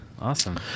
Awesome